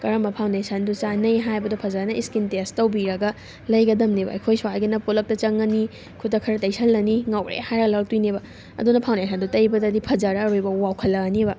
ꯀꯔꯝꯕ ꯐꯥꯎꯟꯗꯦꯁꯟꯗꯨ ꯆꯥꯟꯅꯩ ꯍꯥꯏꯕꯗꯨ ꯐꯖꯅ ꯏꯁꯀꯤꯟ ꯇꯦꯁ ꯇꯧꯕꯤꯔꯒ ꯂꯩꯒꯗꯕꯅꯦꯕ ꯑꯩꯈꯣꯏ ꯁ꯭ꯋꯥꯏꯒꯤꯅ ꯄꯣꯠꯂꯛꯇ ꯆꯪꯉꯅꯤ ꯈꯨꯠꯇ ꯈꯔ ꯇꯩꯁꯜꯂꯅꯤ ꯉꯧꯔꯦ ꯍꯥꯏꯔ ꯂꯧꯔꯛꯇꯣꯏꯅꯦꯕ ꯑꯗꯨꯅ ꯐꯥꯎꯟꯗꯦꯁꯟꯗꯨ ꯇꯩꯕꯗꯗꯤ ꯐꯖꯔꯔꯣꯏꯕ ꯋꯥꯎꯈꯠꯂꯑꯅꯤꯕ